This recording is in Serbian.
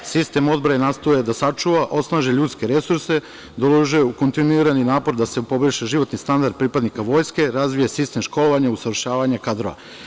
Sistem odbrane nastoji da sačuva, osnaži ljudske resurse, da uloži u kontinuirani napor da se poboljša životni standard pripadnika Vojske, razvije sistem školovanja, usavršavanja kadrova.